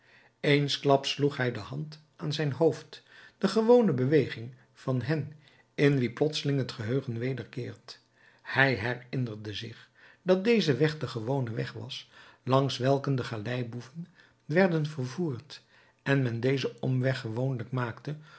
eensklaps sloeg hij de hand aan zijn hoofd de gewone beweging van hen in wie plotseling het geheugen wederkeert hij herinnerde zich dat deze weg de gewone weg was langs welken de galeiboeven werden vervoerd en men dezen omweg gewoonlijk maakte